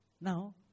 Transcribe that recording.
Now